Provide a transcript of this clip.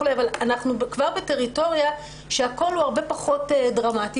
אבל אנחנו כבר בטריטוריה שהכול הרבה פחות דרמטי